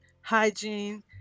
hygiene